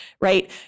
right